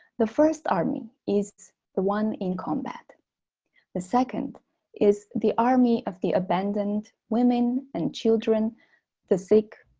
the first army is the one in combat the second is the army of the abandoned women and children the sick,